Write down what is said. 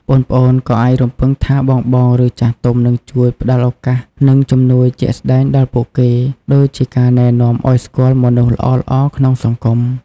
ប្អូនៗក៏អាចរំពឹងថាបងៗ ឬចាស់ទុំ នឹងជួយ ផ្ដល់ឱកាស និងជំនួយជាក់ស្ដែងដល់ពួកគេ ដូចជាការណែនាំឱ្យស្គាល់មនុស្សល្អៗក្នុងសង្គម។